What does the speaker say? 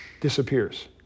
disappears